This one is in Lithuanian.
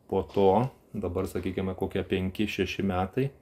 po to dabar sakykime kokie penki šeši metai